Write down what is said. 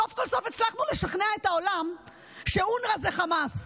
סוף כל סוף הצלחנו לשכנע את העולם שאונר"א זה חמאס.